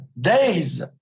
days